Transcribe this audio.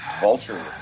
Vulture